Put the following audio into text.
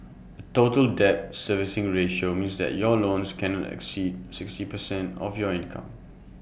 A total debt servicing ratio means that your loans cannot exceed sixty percent of your income